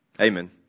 Amen